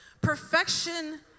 Perfection